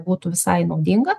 būtų visai naudinga